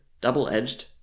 double-edged